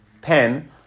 pen